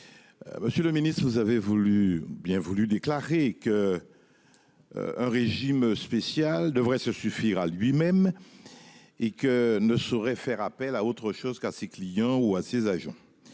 Monsieur le ministre, vous avez déclaré qu'un régime spécial devrait se suffire à lui-même et ne saurait faire appel à personne d'autre que ses clients ou ses agents.